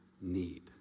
need